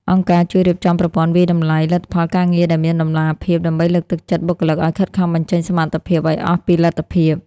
អង្គការជួយរៀបចំប្រព័ន្ធវាយតម្លៃលទ្ធផលការងារ ដែលមានតម្លាភាព ដើម្បីលើកទឹកចិត្តបុគ្គលិកឱ្យខិតខំបញ្ចេញសមត្ថភាពឱ្យអស់ពីលទ្ធភាព។